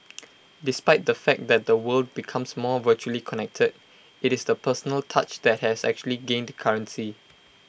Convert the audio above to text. despite the fact that the world becomes more virtually connected IT is the personal touch that has actually gained currency